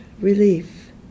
relief